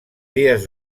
dies